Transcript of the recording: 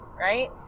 Right